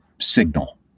signal